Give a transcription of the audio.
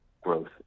growth